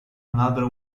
another